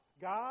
God